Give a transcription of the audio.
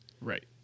Right